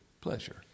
pleasure